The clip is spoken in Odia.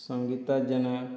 ସଙ୍ଗୀତା ଜେନା